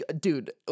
dude